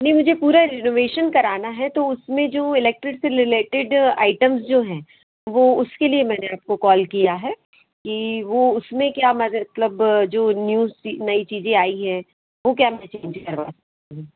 नहीं मुझे पूरा रिनोवेशन करना है तो उसमें जो इलेक्ट्रिक से रिलेटेड आइटम्स जो हैं वो उसके लिए मैंने आपको कॉल किया है कि वो उसमें क्या मतलब जो न्यूज़ थी नई चीज़ें आई है वो क्या